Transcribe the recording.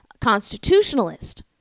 constitutionalist